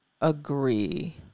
agree